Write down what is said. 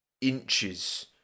inches